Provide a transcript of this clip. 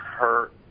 hurt